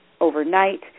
overnight